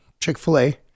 Chick-fil-A